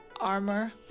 armor